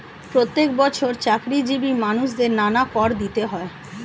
প্রত্যেক বছর চাকরিজীবী মানুষদের নানা কর দিতে হয়